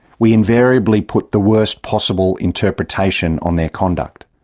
we invariably put the worst possible interpretation on their conduct.